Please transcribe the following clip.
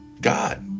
God